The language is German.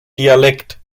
dialekt